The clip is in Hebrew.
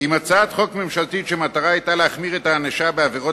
עם הצעת חוק ממשלתית שמטרתה להחמיר את הענישה בעבירות